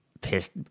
pissed